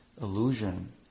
illusion